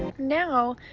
now,